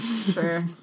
Sure